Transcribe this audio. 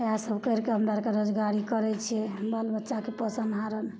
इएहसब करिके हमरा आओरके रोजगारी करै छिए बाल बच्चाकेँ पोसनहारल